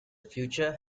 future